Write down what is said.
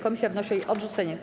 Komisja wnosi o jej odrzucenie.